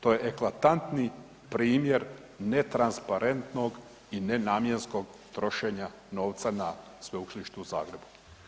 To je eklatantni primjer netransparentnog i nenamjenskog trošenja novca na Sveučilištu u Zagrebu.